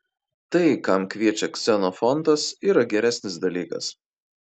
tai kam kviečia ksenofontas yra geresnis dalykas